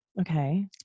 Okay